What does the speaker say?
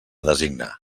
designar